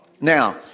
Now